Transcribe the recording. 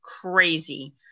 crazy